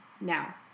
now